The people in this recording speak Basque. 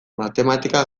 matematika